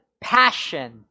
passion